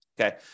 Okay